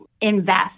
invest